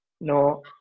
no